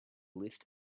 lift